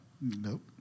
Nope